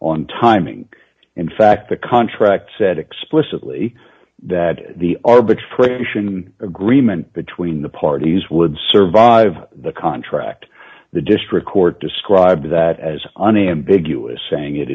on timing in fact the contract said explicitly that the arbitration agreement between the parties would survive the contract the district court described that as unambiguous saying it